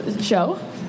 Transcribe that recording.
show